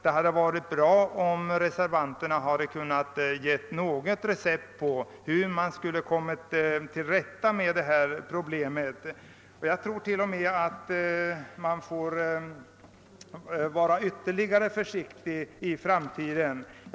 Det hade varit bra om reservanterna hade kunnat ge något recept på hur problemet skall lösas. Vi måste säkerligen vara utomordent ligt försiktiga i framtiden.